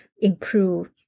improve